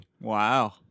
Wow